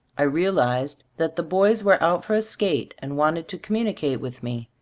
i real ized that the boys were out for a skate and wanted to communicate with me.